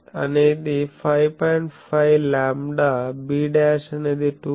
5 lambda b అనేది 2